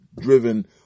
driven